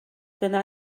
dyna